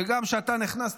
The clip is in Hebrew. וגם כשאתה נכנסת,